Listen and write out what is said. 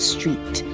Street